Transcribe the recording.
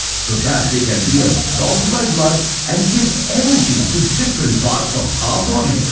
so that, they can be absorbed by blood and give energy to different but of our body.